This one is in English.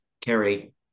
Kerry